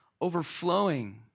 overflowing